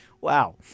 wow